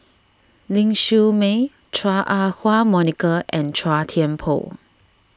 Ling Siew May Chua Ah Huwa Monica and Chua Thian Poh